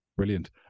brilliant